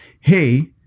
hey